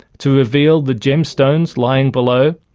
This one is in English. to reveal the gemstones lying below.